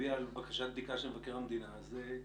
ולהצביע על בקשת בדיקה של מבקר המדינה בסוף